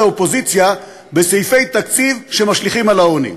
האופוזיציה בסעיפי תקציב שמשליכים על העוני,